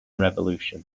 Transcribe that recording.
revolution